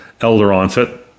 elder-onset